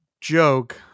joke